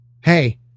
Hey